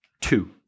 two